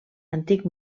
antic